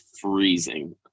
freezing